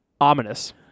ominous